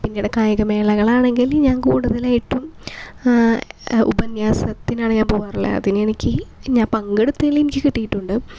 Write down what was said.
പിന്നീട് കായികമേളകൾ ആണെങ്കിൽ ഞാന് കൂടുതലായിട്ടും ഉപാന്യാസത്തിനാണ് ഞാന് പോവാറുള്ളത് അതിന് ഏനിക്ക് ഞാന് പങ്കെടുത്ത്ത്താത്തീൾ എനിക്ക് കിട്ടിയിട്ടുണ്ട്